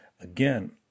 again